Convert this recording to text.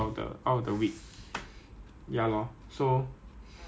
got I think got err Hokkien mee before I think have ah I think got Hokkien mee